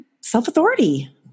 self-authority